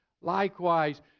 Likewise